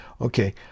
okay